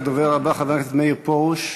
הדובר הבא, חבר הכנסת מאיר פרוש,